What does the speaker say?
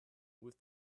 with